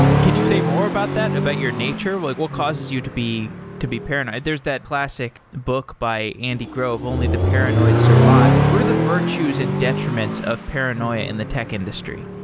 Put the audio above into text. can you say more about that, about your nature? but like what causes you to be to be paranoid? there's that classic book by andy grove, only the paranoid survive. what are the virtues and detriments of paranoia in the tech industry?